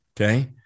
Okay